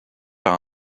par